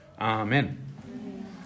Amen